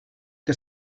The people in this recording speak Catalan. que